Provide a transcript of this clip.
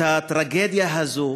את הטרגדיה הזאת